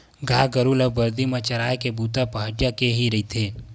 गाय गरु ल बरदी म चराए के बूता ह पहाटिया के ही रहिथे